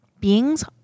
beings